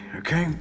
okay